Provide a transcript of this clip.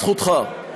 זכותך.